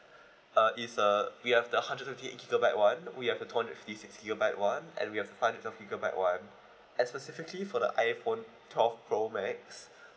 uh is uh we have the hundred twenty eight gigabyte one we have the two hundred fifty six gigabyte one and we have five hundred twelve gigabyte one and specifically for the iphone twelve pro max